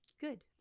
Good